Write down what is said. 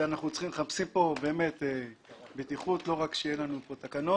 אנחנו מחפשים לא רק שיהיו לנו פה תקנות.